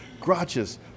Grotches